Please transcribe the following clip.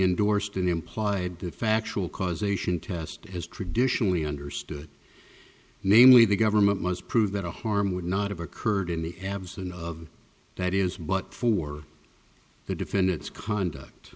endorsed an implied the factual causation test as traditionally understood namely the government must prove that a harm would not have occurred in the absence of that is but for the defendant's conduct